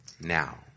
now